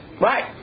right